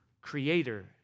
creator